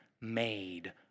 made